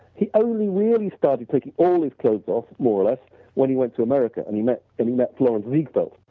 he only really started taking all his clothes off more or less when he went to america and he met and he met florenz ziegfeld.